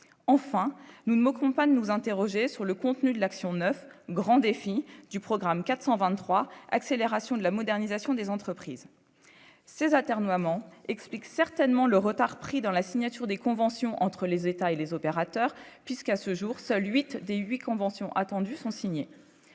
enfin nous moquons pas nous interroger sur le contenu de l'action 9 grands défis du programme 423 accélération de la modernisation des entreprises, ces atermoiements explique certainement le retard pris dans la signature des conventions entre les États et les opérateurs, puisqu'à ce jour, seuls 8 dès 8 conventions attendus sont signés